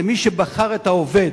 זה מי שבחר את העובד,